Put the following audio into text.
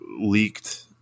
leaked